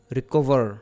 Recover